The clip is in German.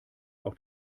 auch